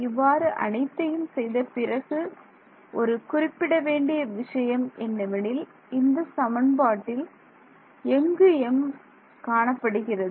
இவ்வாறு அனைத்தையும் செய்த பிறகு ஒரு குறிப்பிட வேண்டிய விஷயம் என்னவெனில் இந்த சமன்பாட்டில் எங்கு m காணப்படுகிறது